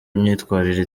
imyitwarire